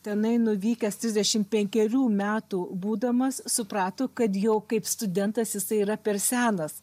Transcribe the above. tenai nuvykęs trisdešim penkerių metų būdamas suprato kad jau kaip studentas jisai yra per senas